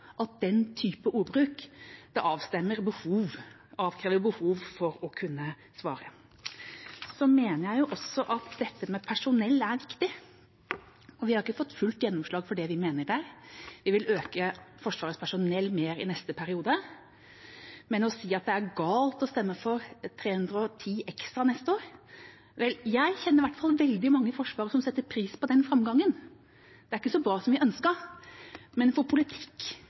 at den typen ordbruk avstedkommer et behov for å kunne svare. Jeg mener også at dette med personell er viktig. Vi har jo ikke fått fullt gjennomslag for det vi mener der – vi vil øke Forsvarets personell mer i neste periode – men å si at det er galt å stemme for 310 ekstra neste år – vel, jeg kjenner i hvert fall veldig mange i Forsvaret som setter pris på den framgangen. Det er ikke så bra som vi ønsket, men politikk handler for